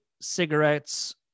cigarettes